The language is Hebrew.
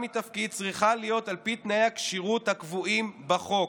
מתפקיד צריכה להיות על פי תנאי הכשירות הקבועים בחוק.